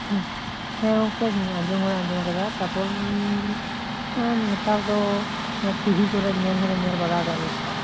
ᱦᱮᱸ ᱜᱚᱝᱠᱮ ᱟᱸᱡᱚᱢ ᱢᱟᱧ ᱟᱸᱡᱚᱢᱟᱠᱟᱫᱟ ᱛᱟᱯᱚᱨ ᱱᱮᱛᱟᱨ ᱫᱚ ᱴᱤᱵᱷᱤ ᱠᱚᱨᱮ ᱧᱮᱞ ᱦᱚᱸᱞᱮ ᱧᱮᱞ ᱵᱟᱲᱟ ᱟᱠᱟᱫ ᱠᱚᱜᱮᱭᱟ